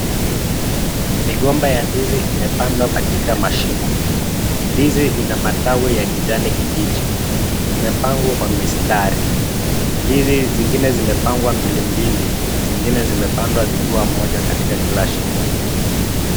Migomba ya ndizi imepandwa katika mashimo. Ndizi ina matawi ya kijani kibichi, imepangwa kwa mistari, ndizi zingine zimepangwa mbili mbili, zingine zimepandwa zikiwa moja katika kila shimo.